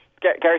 Gary